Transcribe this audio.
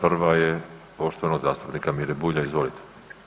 Prva je poštovanog zastupnika Mire Bulja, izvolite.